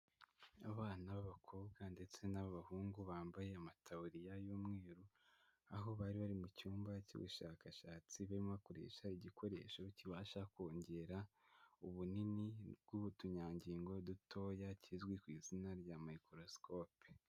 Abana b'abakobwa ndetse n'abahungu bambaye amataburiya y'umweru, aho bari bari mu cyumba cy'ubushakashatsi, barimo bakoresha igikoresho kibasha kongera ubunini bw'utunyangingo dutoya, kizwi ku izina rya microscope.